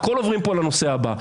בכל דבר עוברים פה לנושא הבא.